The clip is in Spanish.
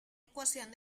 ecuación